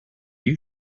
you